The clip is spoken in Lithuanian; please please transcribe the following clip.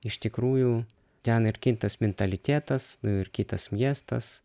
iš tikrųjų ten ir kitas mentalitetas ir kitas miestas